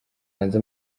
hanze